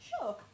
Sure